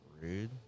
rude